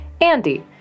Andy